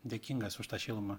dėkingas už tą šilumą